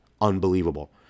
unbelievable